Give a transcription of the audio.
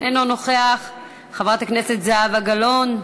אינו נוכח, חברת הכנסת זהבה גלאון,